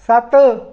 सत्त